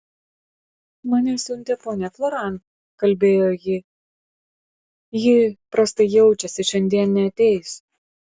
mane siuntė ponia floran kalbėjo ji ji prastai jaučiasi šiandien neateis